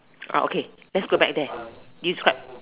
ah okay let's go back there you describe